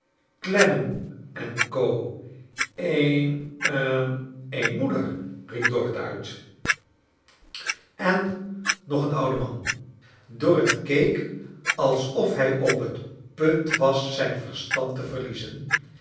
e i n moederi riep dorrit uit charles dickens en nag een oude man dorrit keek alsof hij op het punt was zijn verstand te verliezen